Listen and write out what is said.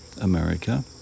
america